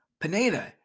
Pineda